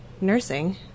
nursing